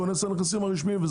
כונס הנכסים הרשמי.